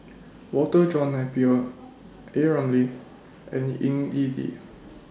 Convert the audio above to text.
Walter John Napier A Ramli and Ying E Ding